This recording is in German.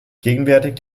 gegenwärtig